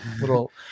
little